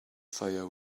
fire